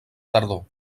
tardor